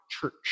Church